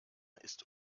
ist